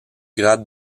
grade